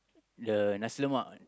the nasi-lemak